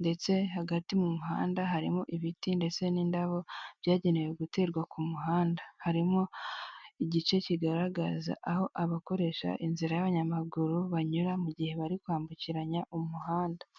ndetse hagati mu muhanda harimo ibiti ndetse n'indabo byagenewe guterwa ku muhanda, harimo igice kigaragaza aho abakoresha inzira y'abanyamaguru banyura mu gihe bari kwambukiranya umuhanda.